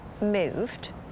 moved